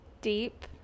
deep